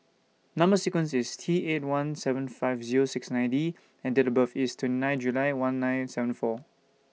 Number sequence IS T eight one seven five Zero six nine D and Date of birth IS twenty nine July one nine seven four